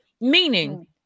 meaning